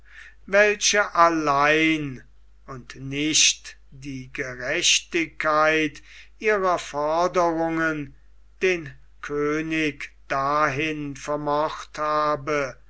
welche allein und nicht die gerechtigkeit ihrer forderungen den könig dahin vermocht habe